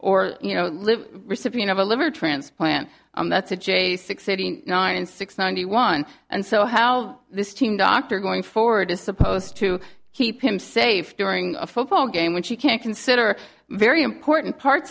or you know live recipient of a liver transplant that's adjacent sitting not in six ninety one and so how this team doctor going forward is supposed to keep him safe during a football game when she can't consider very important parts